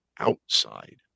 outside